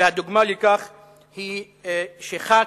והדוגמה לכך היא שחבר